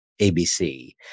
ABC